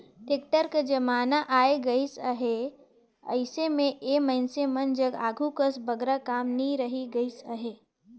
tractor कर जमाना आए गइस अहे, अइसे मे ए मइनसे मन जग आघु कस बगरा काम नी रहि गइस अहे